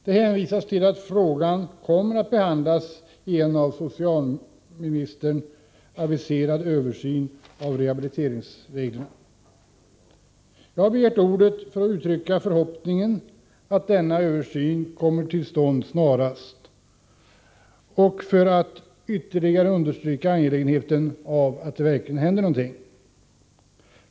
Man hänvisar till att frågan kommer att behandlas i en av socialministern aviserad översyn av rehabiliteringsreglerna. Jag har begärt ordet för att uttrycka förhoppningen att denna översyn kommer till stånd snarast och för att ytterligare understryka angelägenheten av att det verkligen händer någonting.